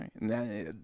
right